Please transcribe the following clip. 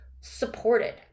supported